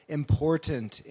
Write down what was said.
important